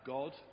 God